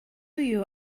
you